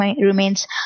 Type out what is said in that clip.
remains